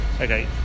Okay